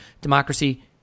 democracy